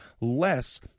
less